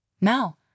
Now